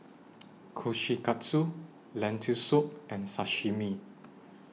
Kushikatsu Lentil Soup and Sashimi